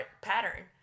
pattern